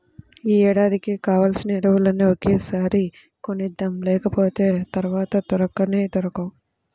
యీ ఏడాదికి కావాల్సిన ఎరువులన్నీ ఒకేసారి కొనేద్దాం, లేకపోతె తర్వాత దొరకనే దొరకవు